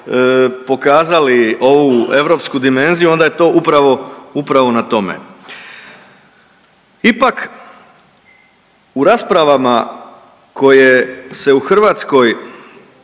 pokazali ovu europsku dimenziju onda je to upravo, upravo na tome. Ipak u raspravama koje se u Hrvatskoj